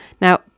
now